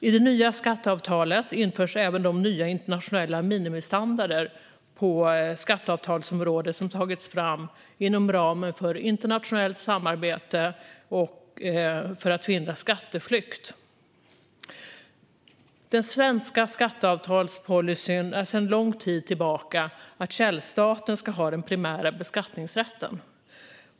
I det nya skatteavtalet införs även de nya internationella minimistandarder på skatteavtalsområdet som tagits fram inom ramen för internationellt samarbete för att förhindra skatteflykt. Den svenska skatteavtalspolicyn är sedan lång tid tillbaka att källstaten ska ha den primära beskattningsrätten.